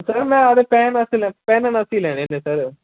sir ਮੈਂ ਆਪਣੇ ਪਹਿਣ ਵਾਸਤੇ ਲੈ ਪਹਿਨਣ ਵਾਸਤੇ ਹੀ ਲੈਣੇ ਨੇ ਸਰ